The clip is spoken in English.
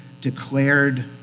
declared